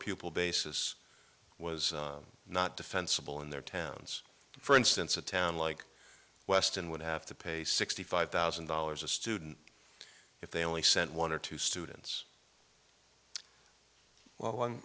pupil basis was not defensible in their towns for instance a town like weston would have to pay sixty five thousand dollars a student if they only sent one or two students well one